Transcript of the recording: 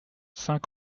saint